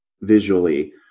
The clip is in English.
Visually